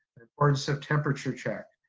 importance of temperature check.